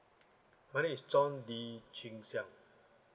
my name is chong dee chin xiang